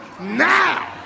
now